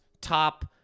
top